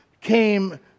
came